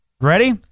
Ready